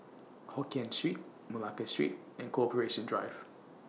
Hokien Street Malacca Street and Corporation Drive